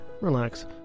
relax